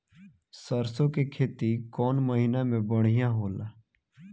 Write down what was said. सरसों के खेती कौन महीना में बढ़िया होला?